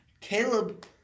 Caleb